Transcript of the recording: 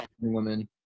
women